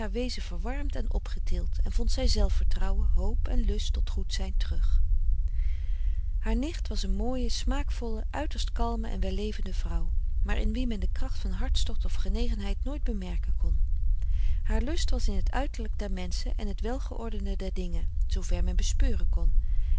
wezen verwarmd en opgetild en vond zij zelfvertrouwen hoop en lust tot goed zijn terug haar nicht was een mooie smaakvolle uiterst kalme en wellevende vrouw maar in wie men de kracht van hartstocht of genegenheid nooit bemerken kon haar lust was in het uiterlijk der menschen en het welgeordende der dingen zoover men bespeuren kon